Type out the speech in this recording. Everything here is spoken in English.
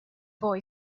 boy